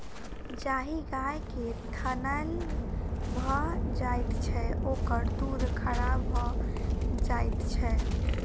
जाहि गाय के थनैल भ जाइत छै, ओकर दूध खराब भ जाइत छै